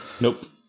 Nope